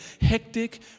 hectic